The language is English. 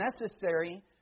necessary